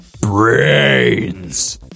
Brains